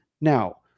Now